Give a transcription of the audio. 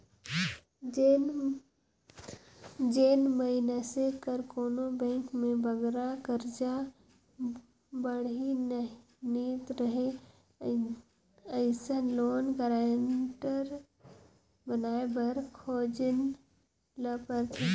जेन मइनसे कर कोनो बेंक में बगरा करजा बाड़ही नी रहें अइसन लोन गारंटर बनाए बर खोजेन ल परथे